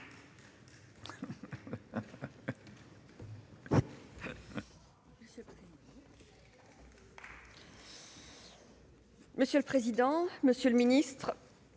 Monsieur le président, monsieur le ministre,